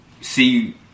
see